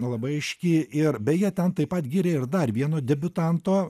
labai aiški ir beje ten taip pat gyrė ir dar vieno debiutanto